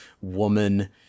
woman